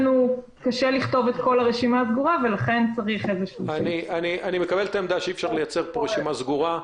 אני רוצה לדבר לפני ההצבעה.